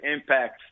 impacts